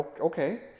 okay